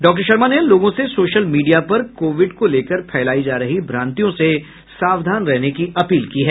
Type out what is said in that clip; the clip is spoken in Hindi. डाक्टर शर्मा ने लोगों से सोशल मीडिया पर कोविड को लेकर फैलाई जा रही भ्रांतियों से सावधान रहने की अपील की है